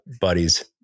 buddies